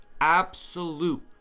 absolute